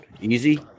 Easy